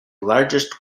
largest